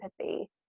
empathy